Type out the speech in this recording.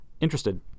interested